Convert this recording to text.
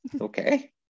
Okay